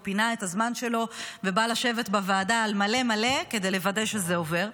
הוא פינה את הזמן שלו ובא לשבת בוועדה על מלא מלא כדי לוודא שזה עובר,